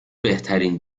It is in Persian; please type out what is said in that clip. بهترین